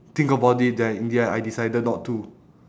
think about it then in the end I decided not to